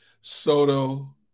Soto